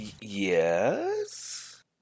Yes